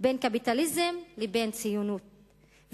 בין קפיטליזם לבין ציונות,